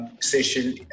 Session